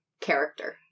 character